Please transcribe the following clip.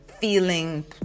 feeling